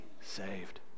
saved